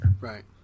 Right